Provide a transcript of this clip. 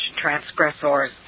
transgressors